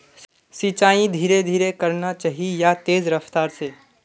सिंचाई धीरे धीरे करना चही या तेज रफ्तार से?